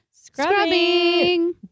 Scrubbing